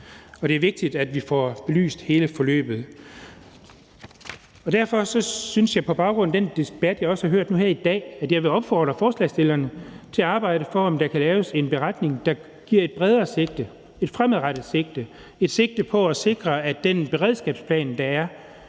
Og det er vigtigt, at vi får belyst hele forløbet. Derfor synes jeg på baggrund af den debat, vi også har hørt nu her i dag, at jeg vil opfordre forslagsstillerne til at arbejde for, at der kan laves en beretning, der giver et bredere sigte, et fremadrettet sigte, i forhold til at sikre, at det er den beredskabsplan, der